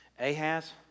Ahaz